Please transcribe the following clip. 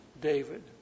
David